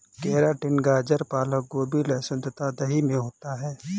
keratin गाजर पालक गोभी लहसुन तथा दही में होता है